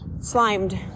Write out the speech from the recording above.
slimed